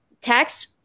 text